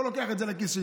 לא לוקח את זה לכיס שלי.